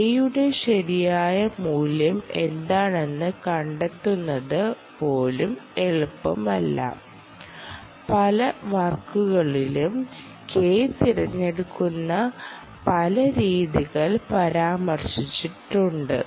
K യുടെ ശരിയായ മൂല്യം എന്താണെന്ന് കണ്ടെത്തുന്നത് പോലും എളുപ്പമല്ല പല വർക്കുകളിലും K തിരഞ്ഞെടുക്കുന്ന പലരീതികൾ പരാമർശിച്ചിട്ടുണ്ട്